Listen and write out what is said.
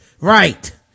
right